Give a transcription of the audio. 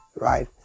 right